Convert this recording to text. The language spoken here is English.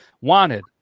wanted